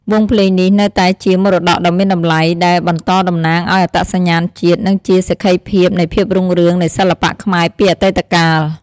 វង់ភ្លេងនេះនៅតែជាមរតកដ៏មានតម្លៃ ដែលបន្តតំណាងឱ្យអត្តសញ្ញាណជាតិ និងជាសក្ខីភាពនៃភាពរុងរឿងនៃសិល្បៈខ្មែរពីអតីតកាល។